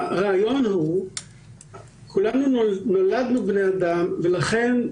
הרעיון הוא שכולנו נולדנו כבני אדם.